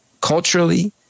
culturally